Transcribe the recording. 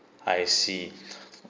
I see